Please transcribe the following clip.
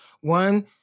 one